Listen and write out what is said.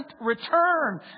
return